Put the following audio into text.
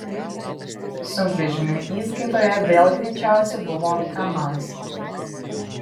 sunkvežimių įskaitoje vėl greičiausi buvo kamaz